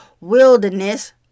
wilderness